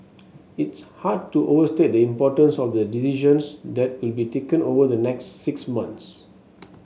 it's hard to overstate the importance of the decisions that will be taken over the next six months